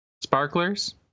Sparklers